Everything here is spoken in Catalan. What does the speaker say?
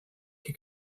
que